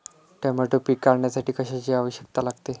Tomato पीक काढण्यासाठी कशाची आवश्यकता लागते?